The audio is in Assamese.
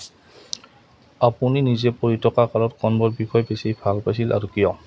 আপুনি নিজে পঢ়ি থকা কালত কোনবোৰ বিষয়ে বেছি ভাল পাইছিল আৰু কিয়